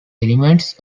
elements